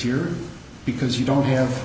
here because you don't have